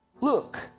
Look